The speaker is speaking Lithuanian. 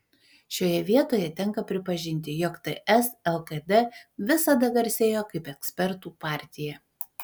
šioje vietoje tenka pripažinti jog ts lkd visada garsėjo kaip ekspertų partija